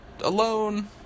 alone